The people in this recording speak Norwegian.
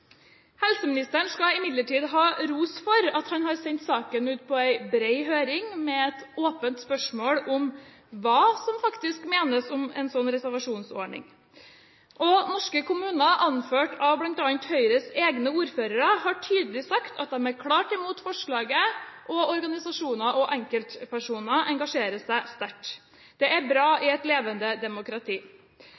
Helseministeren skal imidlertid ha ros for at han har sendt saken ut på en bred høring med et åpent spørsmål om hva som faktisk menes med en slik reservasjonsordning. Norske kommuner, anført av bl.a. Høyres egne ordførere, har tydelig sagt at de er klart imot forslaget, og organisasjoner og enkeltpersoner engasjerer seg sterkt. Det er bra i